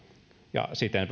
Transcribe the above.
ja siten vähentää